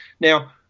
Now